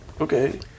Okay